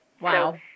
Wow